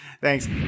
Thanks